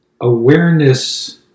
awareness